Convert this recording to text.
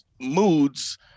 moods